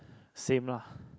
same lah